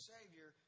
Savior